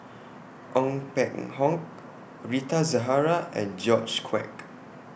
Ong Peng Hock Rita Zahara and George Quek